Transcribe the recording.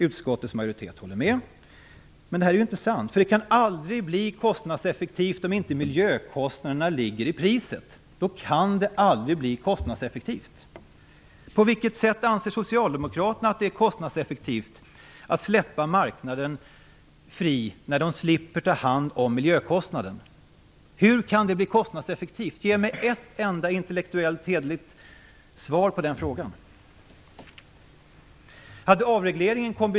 Utskottets majoritet håller med. Men detta är inte sant. Det kan aldrig bli kostnadseffektivt om inte miljökostnaderna ligger i priset. På vilket sätt anser socialdemokraterna att det är kostnadseffektivt att släppa marknaden fri när den slipper ta hand om miljökostnaden? Hur kan det bli kostnadseffektivt? Ge mig ett enda intellektuellt hederligt svar på den frågan!